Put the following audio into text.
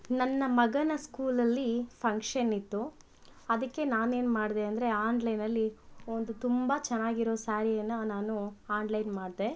ನನ್ನ ಮಗನ ಸ್ಕೂಲಲ್ಲಿ ಫಂಕ್ಷನ್ ಇತ್ತು ಅದಕ್ಕೆ ನಾನು ಏನು ಮಾಡ್ದೆ ಅಂದರೆ ಆನ್ಲೈನಲ್ಲಿ ಒಂದು ತುಂಬ ಚೆನ್ನಾಗಿರೊ ಸಾರಿಯನ್ನು ನಾನು ಆನ್ಲೈನ್ ಮಾಡ್ದೆ